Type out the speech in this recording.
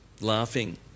laughing